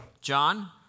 John